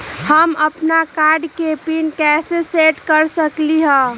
हम अपन कार्ड के पिन कैसे सेट कर सकली ह?